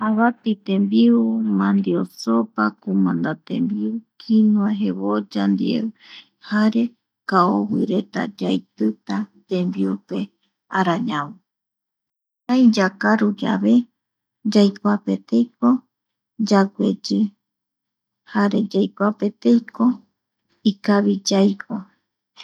Avati tembiu, mandio sopa, kumanda tembiu, quinua jevoya ndie jare kaovireta yaitita tembiupe arañavo (pausa) kurai yakaruyave yaikuapeteiko yagueyi, jare yaikuapeteiko ikavi yaiko.